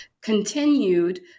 continued